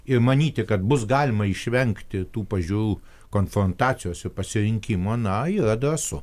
ir manyti kad bus galima išvengti tų pažiūrų konfrontacijos ir pasirinkimo na yra drąsu